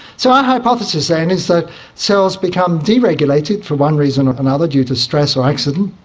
so our hypothesis then is that cells become deregulated, for one reason or another, due to stress or accident,